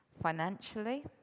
Financially